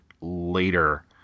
later